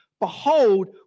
behold